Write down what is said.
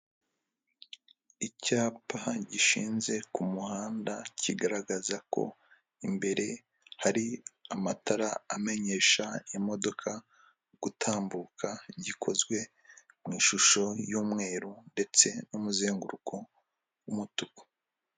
Icyapa gishinze ku muhanda kigaragaza ko imbere hari amatara amenyesha imodoka gutambuka, gikozwe mu ishusho y'umweru ndetse n'umuzenguruko w'umutuku.